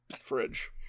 fridge